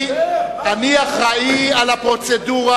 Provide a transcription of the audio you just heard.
אני אחראי על הפרוצדורה.